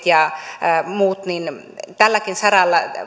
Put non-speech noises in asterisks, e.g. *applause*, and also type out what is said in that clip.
*unintelligible* ja muita että tälläkin saralla